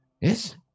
Yes